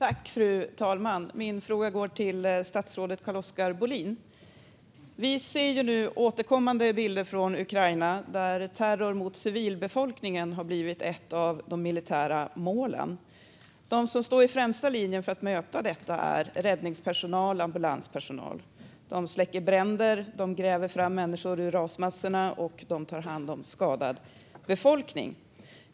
Fru talman! Min fråga går till statsrådet Carl-Oskar Bohlin. Vi ser nu återkommande bilder från Ukraina, där terror mot civilbefolkningen har blivit ett av de militära målen. De som står i främsta linjen för att möta detta är räddningspersonal och ambulanspersonal. De släcker bränder, de gräver fram människor i rasmassorna och de tar hand om skadad befolkning.